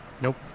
Nope